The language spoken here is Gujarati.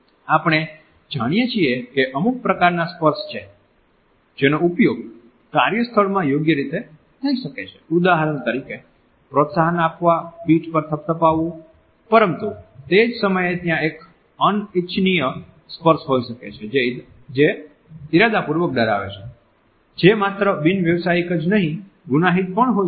આપણે જાણીએ છીએ કે અમુક પ્રકારના સ્પર્શ છે જેનો ઉપયોગ કાર્યસ્થળમાં યોગ્ય રીતે થઈ શકે છે ઉદાહરણ તરીકે પ્રોત્સાહન આપવા પીઠ પર થપથપાવવું પરંતુ તે જ સમયે ત્યાં એક અનિચ્છનીય સ્પર્શ હોઈ શકે છે જે ઇરાદાપૂર્વક ડરાવે છે જે માત્ર બિન વ્યવસાયિક જ નહિ ગુનાહિત પણ હોઈ શકે છે